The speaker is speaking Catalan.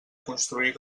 construir